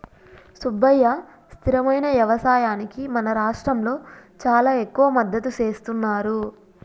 సుబ్బయ్య స్థిరమైన యవసాయానికి మన రాష్ట్రంలో చానా ఎక్కువ మద్దతు సేస్తున్నారు